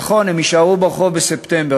כן, נכון, הם יישארו ברחוב בספטמבר.